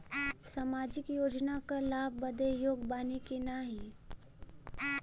सामाजिक योजना क लाभ बदे योग्य बानी की नाही?